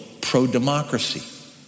pro-democracy